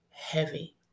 heavy